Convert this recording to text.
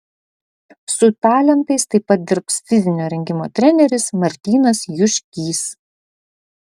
su talentais taip pat dirbs fizinio rengimo treneris martynas juškys